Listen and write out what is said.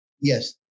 Yes